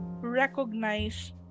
recognize